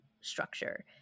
structure